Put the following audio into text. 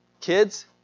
kids